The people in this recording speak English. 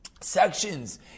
sections